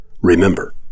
Remember